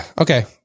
okay